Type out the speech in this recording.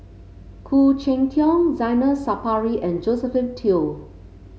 Khoo Cheng Tiong Zainal Sapari and Josephine Teo